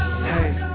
Hey